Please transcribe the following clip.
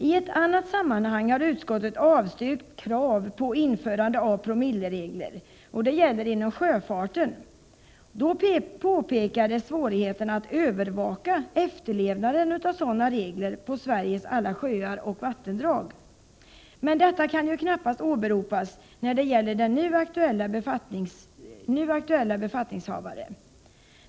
I ett annat sammanhang har utskottet avstyrkt krav på införande av promilleregler, och det gäller inom sjöfarten. Då påpekades svårigheten att övervaka efterlevnaden av sådana regler på Sveriges alla sjöar och vattendrag. Men detta kan knappast åberopas när det gäller nu aktuella befattningshavare.